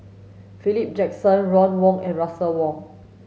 Philip Jackson Ron Wong and Russel Wong